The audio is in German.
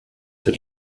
der